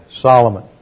Solomon